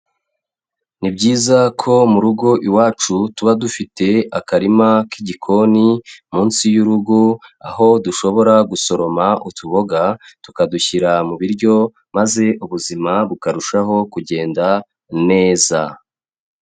Ni byiza ko mu rugo iwacu tuba dufite akarima k'igikoni munsi y'urugo, aho dushobora gusoroma utuboga tukadushyira mu biryo, maze ubuzima bukarushaho kugenda neza.